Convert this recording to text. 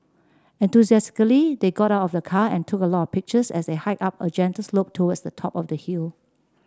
enthusiastically they got of the car and took a lot of pictures as they hiked up a gentle slope towards the top of the hill